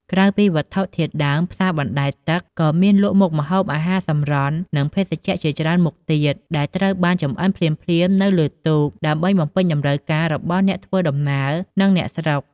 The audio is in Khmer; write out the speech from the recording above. ក្រៅពីវត្ថុធាតុដើម ផ្សារបណ្តែតទឹកក៏មានលក់មុខម្ហូបអាហារសម្រន់ និងភេសជ្ជៈជាច្រើនមុខទៀត ដែលត្រូវបានចម្អិនភ្លាមៗនៅលើទូក ដើម្បីបំពេញតម្រូវការរបស់អ្នកធ្វើដំណើរ និងអ្នកស្រុក។